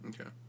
Okay